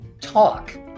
talk